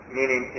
meaning